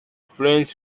friends